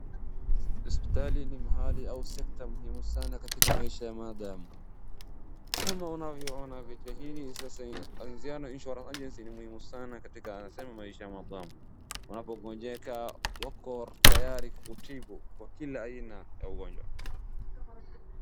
Hosiptali ni mahali au sekta muhimu sana katika maisha ya mwanadamu, kama unavyoona picha hili la anziano insurance agency ni muhimu sana katika anasema maisha ya mwanadamu. Unapogonjeka wako tayari kukutibu kwa kila aina ya ugonjwa.